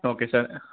okay sir